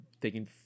taking